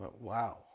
Wow